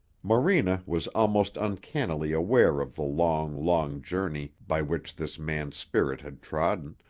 morena was almost uncannily aware of the long, long journey by which this man's spirit had trodden,